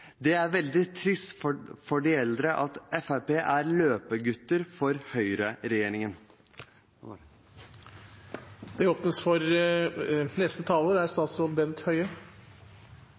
Det er veldig trist for de eldre at Fremskrittspartiet er løpegutter for høyreregjeringen. Eksemplene som er